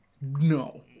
No